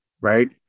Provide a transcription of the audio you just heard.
right